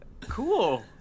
cool